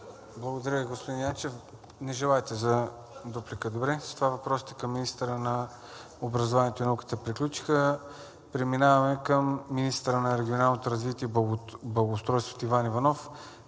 Благодаря, господин Янчев. Не желаете за дуплика? Добре. С това въпросите към министъра на образованието и науката приключиха. Преминаваме към министъра на регионалното развитие и благоустройството Иван Иванов.